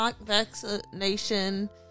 vaccination